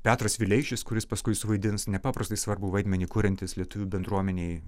petras vileišis kuris paskui suvaidins nepaprastai svarbų vaidmenį kuriantis lietuvių bendruomenei